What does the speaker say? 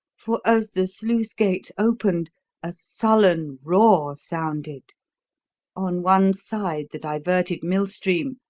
for as the sluice gates opened a sullen roar sounded on one side the diverted millstream,